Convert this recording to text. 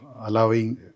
allowing